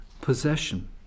possession